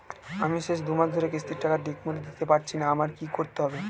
আমি শেষ দুমাস ধরে কিস্তির টাকা ঠিকমতো দিতে পারছিনা আমার কি করতে হবে?